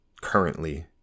currently